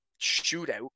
shootout